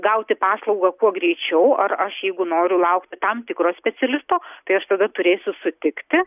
gauti paslaugą kuo greičiau ar aš jeigu noriu laukti tam tikro specialisto tai aš tada turėsiu sutikti